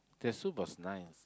the soup was nice